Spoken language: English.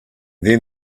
then